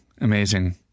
amazing